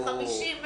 ביסודי.